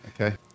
Okay